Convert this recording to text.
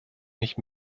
nicht